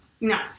No